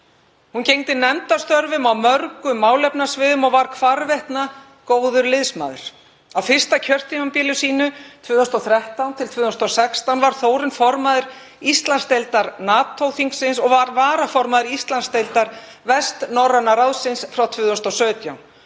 Hún gegndi nefndastörfum á mörgum málefnasviðum og var hvarvetna góður liðsmaður. Á fyrsta kjörtímabili sínu, 2013–2016, var Þórunn formaður Íslandsdeildar NATO-þingsins og var varaformaður Íslandsdeildar Vestnorræna ráðsins frá 2017.